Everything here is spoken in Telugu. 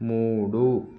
మూడు